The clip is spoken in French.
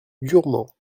durement